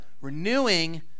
renewing